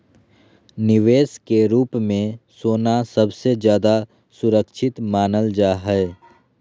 निवेश के रूप मे सोना सबसे ज्यादा सुरक्षित मानल जा हय